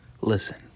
Listen